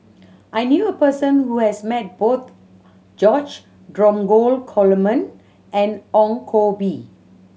I knew a person who has met both George Dromgold Coleman and Ong Koh Bee